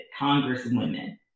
Congresswomen